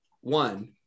one